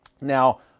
Now